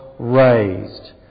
raised